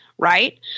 right